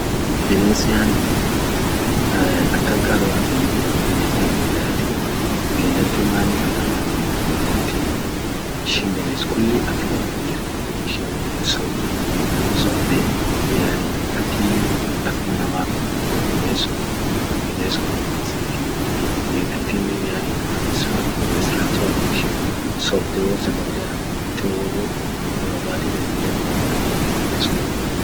Bines yani akan qaroa zaidi bines ak gedalatii. gedaltin manif akan qaroa yenan gedaltini ishin bines kulli aklian irr jirti dum ishin aminen hinsobdii sobde yani akili ak inama qabdi dum bines sun bines kun bines akii gedaltin yani warabes fa bines ratu Hagar ishin sobde wo sagalea ira gurrette wo dura baati fetinen dura baati dum bines kun bines.